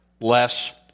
less